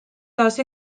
taas